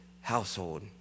household